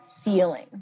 ceiling